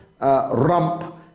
rump